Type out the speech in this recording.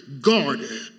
guarded